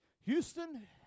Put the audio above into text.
Houston